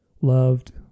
loved